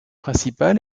principal